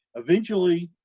eventually,